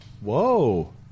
Whoa